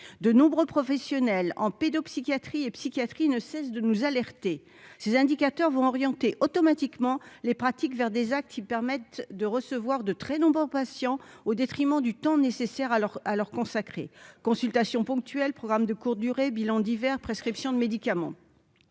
de nombreux professionnels en pédopsychiatrie et psychiatrie ne cesse de nous alerter ces indicateurs vont orienter automatiquement les pratiques vers des actes qui permettent de recevoir, de très nombreux patients au détriment du temps nécessaire à leur à leur consacrer consultation ponctuelles, programme de courte durée, bilan divers prescription de médicaments,